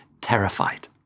terrified